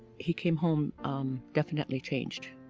he came home definitely changed.